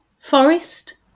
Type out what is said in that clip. Forest